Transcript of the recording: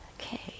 Okay